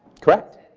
correct.